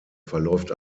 verläuft